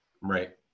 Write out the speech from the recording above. Right